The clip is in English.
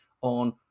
on